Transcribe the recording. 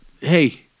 Hey